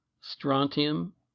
strontium